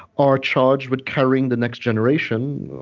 are charged with carrying the next generation,